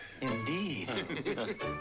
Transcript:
Indeed